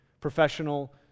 professional